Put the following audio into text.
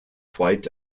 white